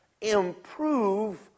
improve